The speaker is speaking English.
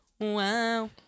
Wow